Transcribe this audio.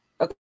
Okay